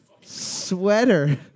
sweater